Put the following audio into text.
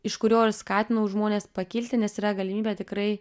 iš kurio ir skatinau žmones pakilti nes yra galimybė tikrai